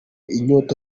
inyota